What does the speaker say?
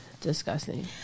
Disgusting